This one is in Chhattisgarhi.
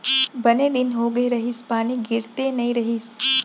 बने दिन हो गए रहिस, पानी गिरते नइ रहिस